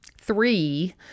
three